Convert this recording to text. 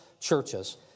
churches